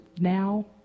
now